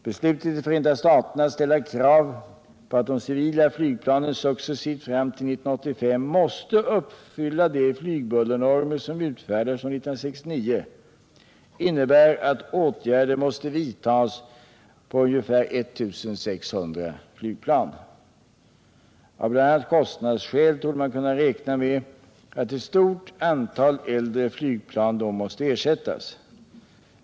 Beslutet i Förenta staterna att ställa krav på att de civila flygplanen successivt fram till år 1985 måste uppfylla de flygbullernormer som utfärdades år 1969 innebär att åtgärder måste vidtas på ca 1 600 flygplan. Av bl.a. kostnadsskäl torde man kunna räkna med att ett stort antal äldre flygplan måste ersättas.